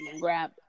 grab